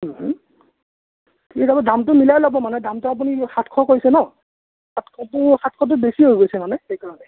ও ঠিক আছে দামটো মিলাই ল'ব মানে দামটো আপুনি সাতশ কৈছে ন' সাতশটো সাতশটো বেছি হৈ গৈছে মানে সেইকাৰণে